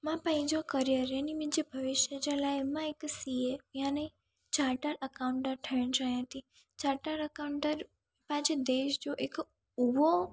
मां पंहिंजो करिअर यानी मुंहिंजे भविष्य जे लाइ मां हिक सी ए याने चाटर अकाउंटंट ठहणु चाहियां थी चाटर अकाउंटर पंहिंजे देश जो हिकु उहो